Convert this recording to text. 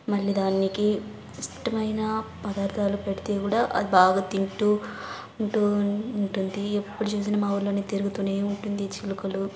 మళ్ళీ దానికి ఇష్టమైన పదార్థాలు పెడితే కూడా అది బాగా తింటు ఉంటు ఉంటుంది ఎప్పుడు చూసినా మా ఊళ్ళోనే తిరుగుతు ఉంటుంది చిలుకలు